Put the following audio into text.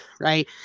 right